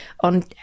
on